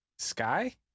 Sky